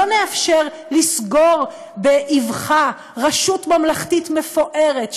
לא נאפשר לסגור באבחה רשות ממלכתית מפוארת,